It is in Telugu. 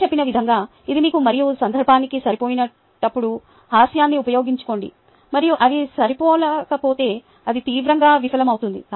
ముందు చెప్పిన విధంగా ఇది మీకు మరియు సందర్భానికి సరిపోయేటప్పుడు హాస్యాన్ని ఉపయోగించుకోండి మరియు అవి సరిపోలకపోతే అది తీవ్రంగా విఫలమవుతుంది